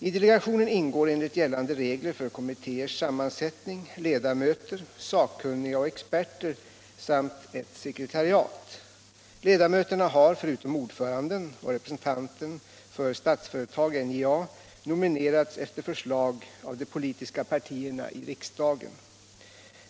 I delegationen ingår, enligt gällande regler för kommittéers sammansättning, ledamöter, sakkunniga och experter samt ett sekretariat. Ledamöterna har, förutom ordföranden och representanten för Statsföretag/NJA, nominerats efter förslag av de politiska partierna i riksdagen.